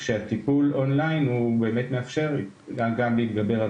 שהטיפול און ליין הוא באמת מאפשר גם להתגבר על